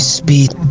speed